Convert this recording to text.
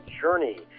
journey